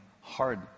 hard